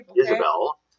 Isabel